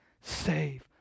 save